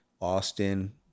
Austin